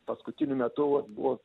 paskutiniu metu vat buvo